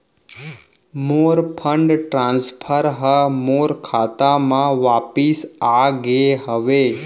मोर fund transfer हा मोर खाता मा वापिस आ गे हवे